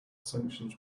sanctions